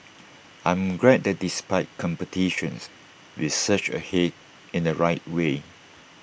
I'm glad that despite competitions we surged ahead in the right way